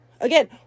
again